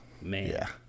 Man